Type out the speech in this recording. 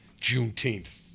Juneteenth